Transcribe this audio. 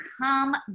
come